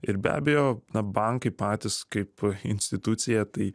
ir be abejo bankai patys kaip institucija tai